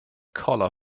colour